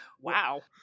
wow